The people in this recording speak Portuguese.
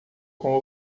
com